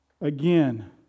again